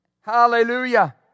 Hallelujah